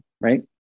right